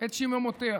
את שממותיה.